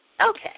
Okay